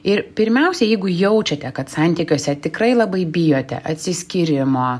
ir pirmiausia jeigu jaučiate kad santykiuose tikrai labai bijote atsiskyrimo